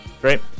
Great